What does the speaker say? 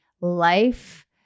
life